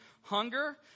hunger